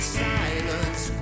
silence